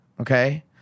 okay